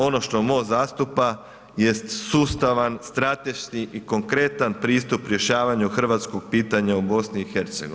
Ono što MOST zastupa jest sustavan, strateški i konkretan pristup rješavanju hrvatskog pitanja u BiH.